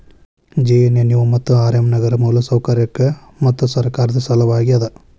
JNNU ಮತ್ತು RM ನಗರ ಮೂಲಸೌಕರ್ಯಕ್ಕ ಮತ್ತು ಸರ್ಕಾರದ್ ಸಲವಾಗಿ ಅದ